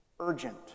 urgent